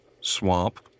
swamp